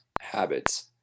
habits